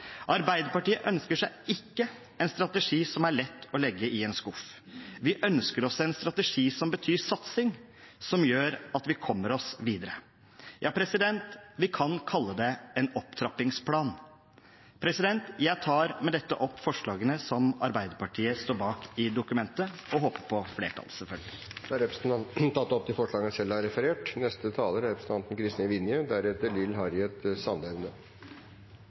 Arbeiderpartiet ønsker seg ikke en strategi som er lett å legge i en skuff. Vi ønsker oss en strategi som betyr satsing, som gjør at vi kommer oss videre. Vi kan kalle det en opptrappingsplan. Jeg tar med dette opp forslagene som Arbeiderpartiet, sammen med Sosialistisk Venstreparti, står bak i innstillingen, og håper på flertall, selvfølgelig. Representanten Christian Tynning Bjørnø har tatt opp de forslagene han refererte til. Det er mye som er